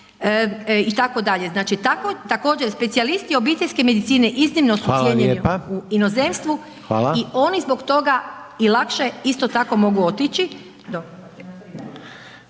itd.. Znači također specijalisti obiteljske medicine iznimno su cijenjeni u inozemstvu i oni zbog toga i lakše isto tako mogu otići.